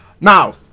Now